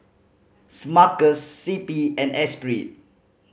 Smuckers C P and Esprit